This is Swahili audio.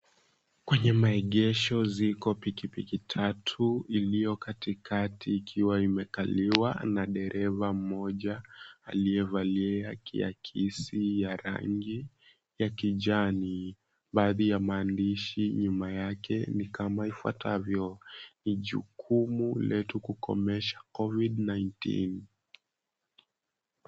Kwenye maegesho ziko pikipiki tatu iliyo katikati ikiwa imekaliwa na dereva mmoja aliyevalia kiakisi ya rangi ya kijani. Baadhi ya maandishi nyuma yake ni kama ifuatavyo, "Ni jukumu letu kukomesha COVID 19."